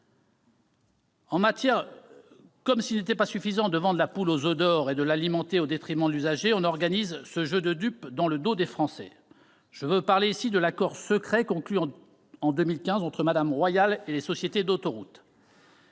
kilomètres. Comme s'il n'était pas suffisant de vendre la poule aux oeufs d'or et de l'alimenter au détriment de l'usager, on organise ce jeu de dupe dans le dos des Français. Je veux parler ici de l'accord secret conclu en 2015 entre Mme Royal et les sociétés d'autoroutes.